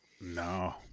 No